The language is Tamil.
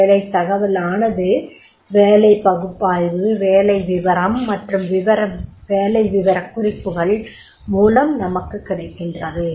வேலைத் தகவலானது வேலைப் பகுப்பாய்வு வேலை விவரம் மற்றும் வேலை விவரக்குறிப்புகள் மூலம் நமக்குக் கிடைக்கிறது